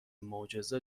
معجزه